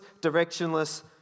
directionless